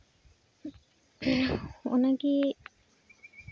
ᱚᱱᱟᱜᱮ